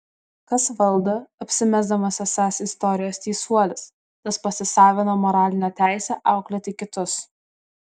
kas valdo apsimesdamas esąs istorijos teisuolis tas pasisavina moralinę teisę auklėti kitus